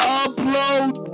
upload